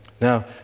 Now